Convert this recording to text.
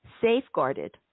safeguarded